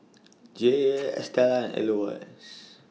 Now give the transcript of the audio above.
Jaye Estella and Elois